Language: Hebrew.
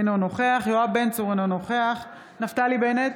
אינו נוכח יואב בן צור, אינו נוכח נפתלי בנט,